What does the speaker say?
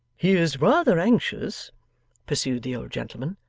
he is rather anxious pursued the old gentleman,